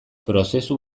prozesu